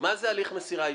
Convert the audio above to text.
מה זה הליך מסירה אישית?